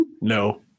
No